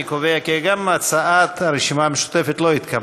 אני קובע כי גם הצעת הרשימה המשותפת לא התקבלה.